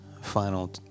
final